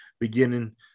beginning